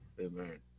Amen